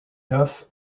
neufs